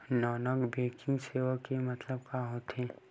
Non banking सेवा के मतलब का होथे?